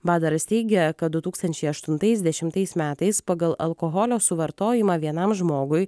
badaras teigia kad du tūkstančiai aštuntais dešimtais metais pagal alkoholio suvartojimą vienam žmogui